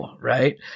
right